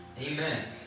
Amen